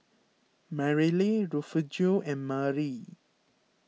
Merrily Refugio and Marie